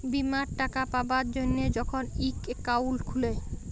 বীমার টাকা পাবার জ্যনহে যখল ইক একাউল্ট খুলে